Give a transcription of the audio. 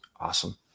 Awesome